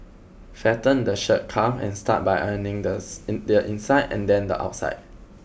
flatten the shirt cuff and start by ironing this the inside and then the outside